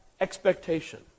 expectation